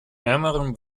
ärmeren